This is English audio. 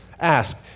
Ask